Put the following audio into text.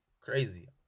crazy